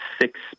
six